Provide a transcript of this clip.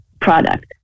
Product